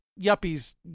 yuppies